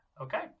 Okay